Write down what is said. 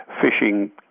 fishing